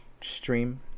stream